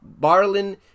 Barlin